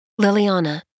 Liliana